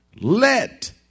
Let